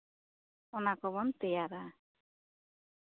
ᱚᱱᱟ ᱠᱚᱵᱚᱱ ᱛᱮᱭᱟᱨᱟ